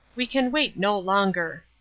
we can wait no longer.